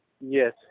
Yes